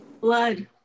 Blood